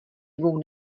dvou